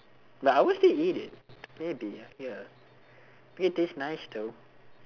but I will still eat it maybe ya it taste nice though